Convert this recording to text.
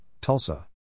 Tulsa